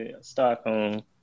Stockholm